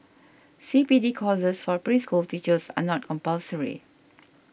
C P D courses for preschool teachers are not compulsory